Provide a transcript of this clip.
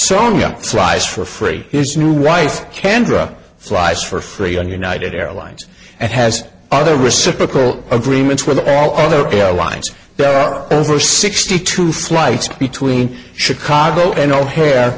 sonya tries for free his new wife kendra flies for free on united airlines and has other reciprocal agreements with all the ok alliance there are over sixty two flights between chicago and o'hare